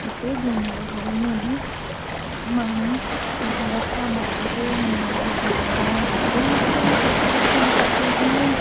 हिते जूनागढ़ में ई माण्हू घर खां ॿाइर नुंहं खे कमु करणु करणु घति मोकिलणु पसंदि कंदा आहिनि